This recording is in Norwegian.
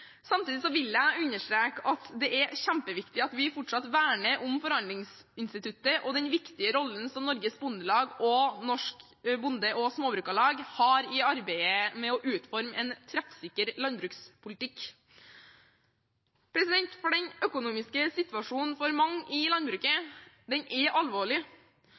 Samtidig vil jeg understreke at det er kjempeviktig at vi fortsatt verner om forhandlingsinstituttet og den viktige rollen Norges Bondelag og Norsk Bonde- og Småbrukarlag har i arbeidet med å utforme en treffsikker landbrukspolitikk. Den økonomiske situasjonen for mange i landbruket er alvorlig.